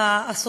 הסופית.